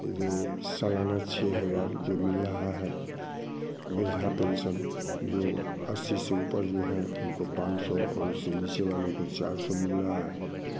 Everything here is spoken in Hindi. ये सालाना छ हज़ार रूपए मिल रहा है वृद्धा पेंशन जो अस्सी से ऊपर जो है उनको पाँच सौ और उससे नीचे वाले को चार सौ मिल रहा है